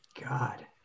God